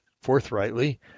forthrightly